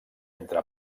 entre